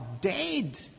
dead